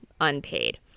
unpaid